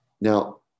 now